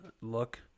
look